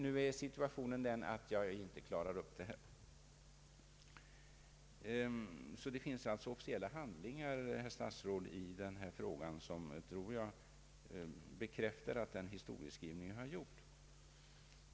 Nu är situationen den att jag inte klarar upp det hela. Det finns alltså officiella handlingar, herr statsråd, i denna fråga som, såvitt jag vet, bekräftar att min historieskrivning är riktig.